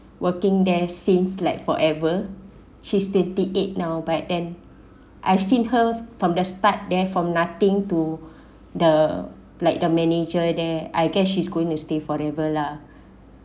working there seems like forever she's thirty-eight now back then I've seen her from the start there from nothing to the like the manager there I guess she's going to stay forever lah